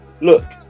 Look